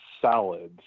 salads